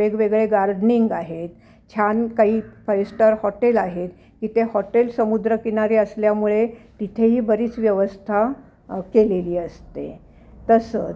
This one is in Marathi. वेगवेगळे गार्डनिंग आहेत छान काही फाईव स्टार हॉटेल आहेत तिथे हॉटेल समुद्रकिनारी असल्यामुळे तिथेही बरीच व्यवस्था केलेली असते तसंच